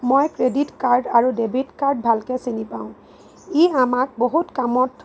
মই credit card আৰু debit card ভালকৈ চিনি পাওঁ ই আমাক বহুত কামত